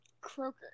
croaker